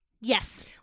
Yes